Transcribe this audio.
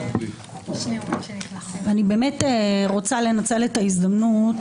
אני באמת רוצה לנצל את ההזדמנות,